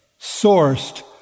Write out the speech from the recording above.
sourced